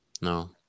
No